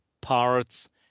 parts